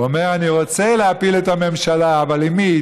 הוא אומר: אני רוצה להפיל את הממשלה, אבל עם מי?